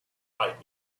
might